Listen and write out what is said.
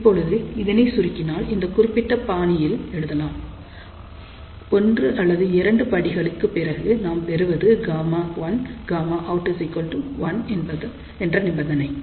இப்போது இதை சுருக்கினால் இந்த குறிப்பிட்ட பாணியில் எழுதலாம் ஒன்று அல்லது இரண்டு படிகளுக்கு பிறகு நாம் பெறுவது ΓlΓout1 என்ற நிபந்தனை